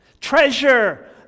Treasure